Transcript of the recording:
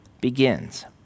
begins